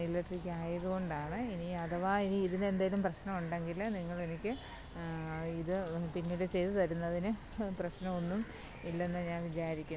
ഇലക്ട്രിക്കായത് കൊണ്ടാണ് ഇനി അഥവാ ഇനി ഇതിനെന്തേലും പ്രശ്നം ഉണ്ടെങ്കിൽ നിങ്ങളെനിക്ക് ഇത് പിന്നീട് ചെയ്തത് തരുന്നതിനു പ്രശ്നം ഒന്നും ഇല്ലെന്ന് ഞാൻ വിചാരിക്കുന്നു